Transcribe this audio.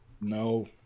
No